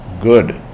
good